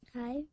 Hi